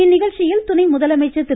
இந்நிகழ்ச்சியில் துணை முதலமைச்சர் திரு